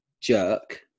jerk